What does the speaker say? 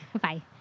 bye